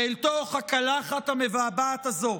ואל תוך הקלחת המבעבעת הזו